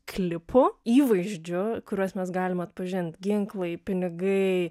klipų įvaizdžių kuriuos mes galim atpažint ginklai pinigai